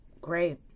Great